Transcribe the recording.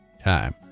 time